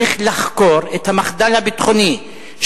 צריך לחקור את המחדל הביטחוני,